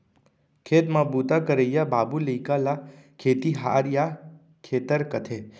खेत म बूता करइया बाबू लइका ल खेतिहार या खेतर कथें